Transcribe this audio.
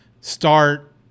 start